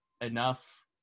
enough